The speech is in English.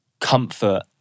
comfort